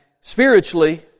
spiritually